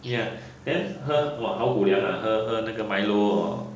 ya then 喝什么好谷粮 ah 喝喝那个 milo or